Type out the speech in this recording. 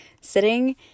sitting